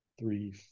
three